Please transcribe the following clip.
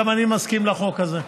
גם אני מסכים לחוק הזה.